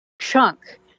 chunk